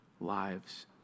lives